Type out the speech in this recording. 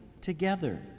together